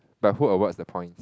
but who awards the points